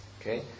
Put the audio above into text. Okay